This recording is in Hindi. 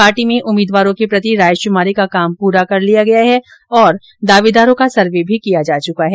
पार्टी में उम्मीदवारों के प्रति रायश्रमारी का काम पूरा कर लिया गया है और दावेदारों का सर्वे भी किया जा चुका है